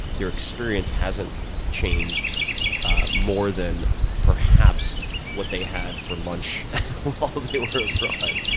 their experience hasn't changed more than perhaps what they had for lunch while they were abroad,